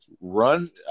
run